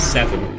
Seven